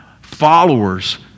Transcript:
followers